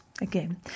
again